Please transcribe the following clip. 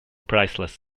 priceless